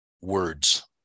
words